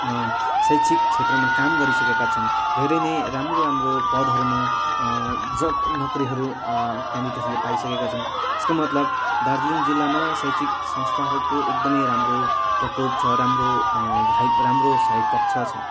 शैक्षिक क्षेत्रमा काम गरिसकेका छन् धेरै नै राम्रो राम्रो पदहरूमा जब नोकरीहरू केन्डिडेट्सहरूले पाइसकेका छन् यसको मतलब दार्जिलिङ जिल्लामा शैक्षिक संस्थाहरूको एकदमै राम्रो प्रकोप छ राम्रो भाइभ राम्रो साइड पक्ष छ